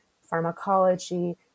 pharmacology